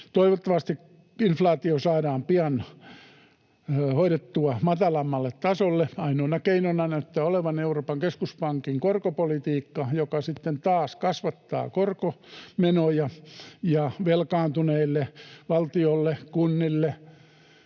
Toivottavasti inflaatio saadaan pian hoidettua matalammalle tasolle. Ainoana keinona näyttää olevan Euroopan keskuspankin korkopolitiikka, joka sitten taas kasvattaa korkomenoja. Ja velkaantuneille — valtiolle, kunnille,